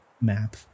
map